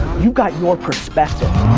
you got your perspective.